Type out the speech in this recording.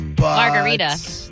Margarita